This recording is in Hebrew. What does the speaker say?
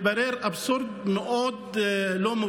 מתברר, אבסורד לא מובן,